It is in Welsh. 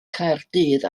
caerdydd